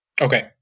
Okay